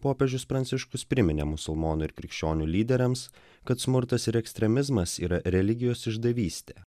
popiežius pranciškus priminė musulmonų ir krikščionių lyderiams kad smurtas ir ekstremizmas yra religijos išdavystė